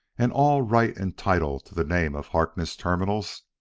and all right and title to the name of harkness terminals,